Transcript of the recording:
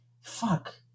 Fuck